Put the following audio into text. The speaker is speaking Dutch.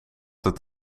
het